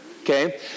okay